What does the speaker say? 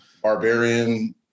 Barbarian